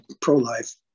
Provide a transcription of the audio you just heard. pro-life